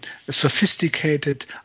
sophisticated